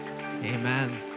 amen